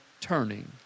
turning